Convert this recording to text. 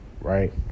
right